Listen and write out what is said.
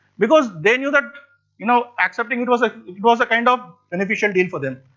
because they knew that you know accepting it was ah it was a kind of beneficial deal for them.